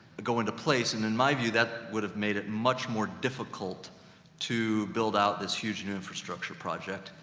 go into place. and in my view, that would've made it much more difficult to build out this huge new infrastructure project.